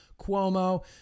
Cuomo